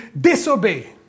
disobey